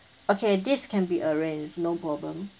okay this can be arranged no problem